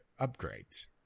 upgrades